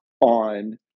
on